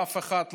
ואף אחד,